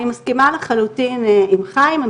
אני מסכימה לחלוטין עם חיים.